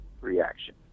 reaction